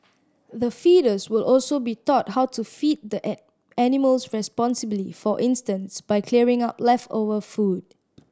the feeders will also be taught how to feed the animals responsibly for instance by clearing up leftover food